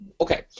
okay